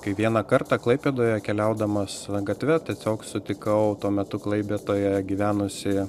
kai vieną kartą klaipėdoje keliaudamas gatve tiesiog sutikau tuo metu klaipėdoje gyvenusį